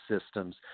systems